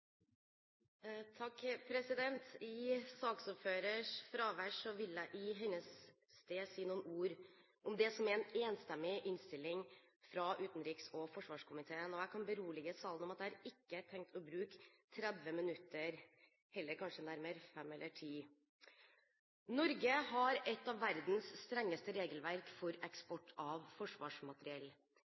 I saksordførerens fravær vil jeg si noen ord om det som er en enstemmig innstilling fra utenriks- og forsvarskomiteen. Jeg kan berolige salen med at jeg ikke har tenkt å bruke 30 minutter – heller nærmere 5 eller 10 minutter. Norge har et av verdens strengeste regelverk for eksport av